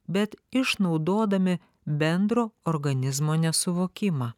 bet išnaudodami bendro organizmo nesuvokimą